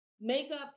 Makeup